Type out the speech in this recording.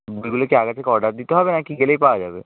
বইগুলো কি আগে থেকে অর্ডার দিতে হবে না কি গেলেই পাওয়া যাবে